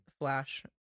Flash